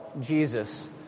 Jesus